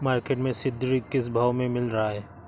Market में सीद्रिल किस भाव में मिल रहा है?